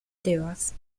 tebas